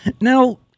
Now